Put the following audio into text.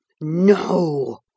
No